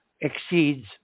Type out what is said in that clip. exceeds